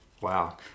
Wow